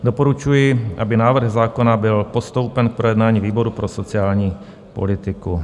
Doporučuji, aby návrh zákona byl postoupen k projednání výboru pro sociální politiku.